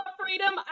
freedom